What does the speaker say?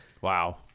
Wow